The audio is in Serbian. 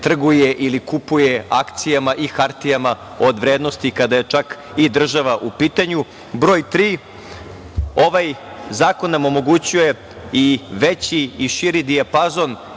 trguje ili kupuje akcijama i hartijama od vrednosti kada je čak i država u pitanju. Broj tri, ovaj zakon nam omogućuje i veći i širi dijapazon